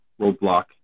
roadblock